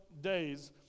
days